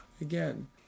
Again